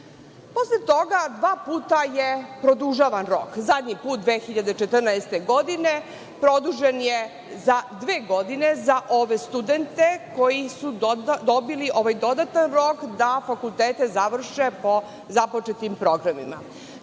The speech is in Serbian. Posle toga, dva puta je produžavan rok. Zadnji put 2014. godine produžen je za dve godine za ove studente koji su dobili ovaj dodatan rok da fakultete završe po započetim programima.